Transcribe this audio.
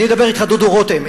דודו רותם,